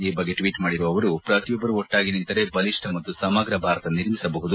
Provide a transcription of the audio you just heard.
ಈ ಬಗ್ಗೆ ಟ್ವೀಟ್ ಮಾಡಿರುವ ಅವರು ಪ್ರತಿಯೊಬ್ಬರು ಒಟ್ಟಾಗಿ ನಿಂತರೆ ಬಲಿಷ್ಠ ಮತ್ತು ಸಮಗ್ರ ಭಾರತ ನಿರ್ಮಿಸಬಹುದು